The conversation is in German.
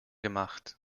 gemacht